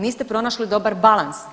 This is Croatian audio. Niste pronašli dobar balans.